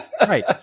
Right